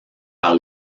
par